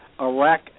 Iraq